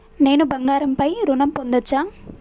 నేను బంగారం పై ఋణం పొందచ్చా?